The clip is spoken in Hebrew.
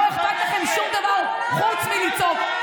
לא אכפת לכם שום דבר חוץ מלצעוק.